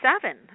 seven